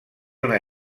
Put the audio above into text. una